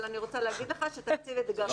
אבל אני רוצה להגיד לך שתקציב אתגרים הוצא.